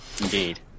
Indeed